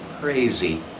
crazy